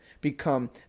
become